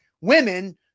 women